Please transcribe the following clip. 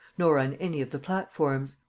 nor on any of the platforms.